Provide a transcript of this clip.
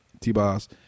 t-boss